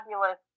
fabulous